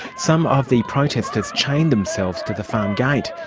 some of the protesters chained themselves to the farm gate.